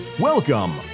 Welcome